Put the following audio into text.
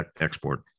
export